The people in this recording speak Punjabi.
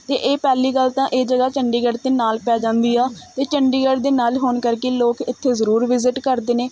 ਅਤੇ ਇਹ ਪਹਿਲੀ ਗੱਲ ਤਾਂ ਇਹ ਜਗ੍ਹਾ ਚੰਡੀਗੜ੍ਹ ਦੇ ਨਾਲ਼ ਪੈ ਜਾਂਦੀ ਹੈ ਅਤੇ ਚੰਡੀਗੜ੍ਹ ਦੇ ਨਾਲ ਹੋਣ ਕਰਕੇ ਲੋਕ ਇੱਥੇ ਜ਼ਰੂਰ ਵਿਜ਼ਿਟ ਕਰਦੇ ਨੇ